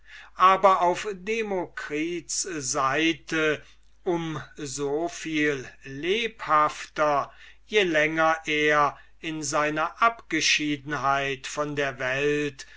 aber auf demokrits seite um so viel lebhafter je länger er in seiner abgeschiedenheit von der welt